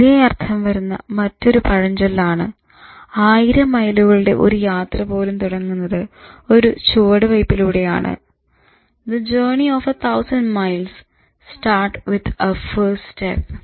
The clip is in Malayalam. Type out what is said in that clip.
ഇതേ അർഥം വരുന്ന മറ്റൊരു പഴംചൊല് ആണ് "ആയിരം മൈലുകളുടെ ഒരു യാത്ര പോലും തുടങ്ങുന്നത് ഒരു ചുവടുവയ്പ്പിലൂടെ ആണ്" The journey of a thousand miles start with a first step